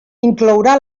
inclourà